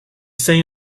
sang